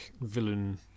villain